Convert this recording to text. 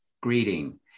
greeting